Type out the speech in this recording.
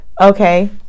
okay